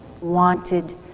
wanted